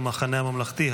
המחנה הממלכתי,